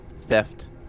theft